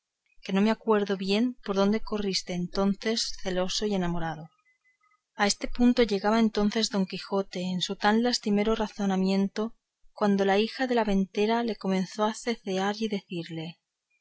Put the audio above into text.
que no me acuerdo bien por dónde corriste entonces celoso y enamorado a este punto llegaba entonces don quijote en su tan lastimero razonamiento cuando la hija de la ventera le comenzó a cecear y a decirle